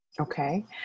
Okay